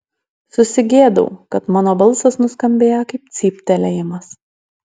susigėdau kad mano balsas nuskambėjo kaip cyptelėjimas